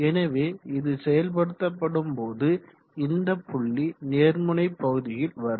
எனவே இது செயல்படுத்தப்படும் போது இந்த புள்ளி நேர் முனை பகுதியில் வரும்